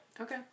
Okay